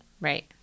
right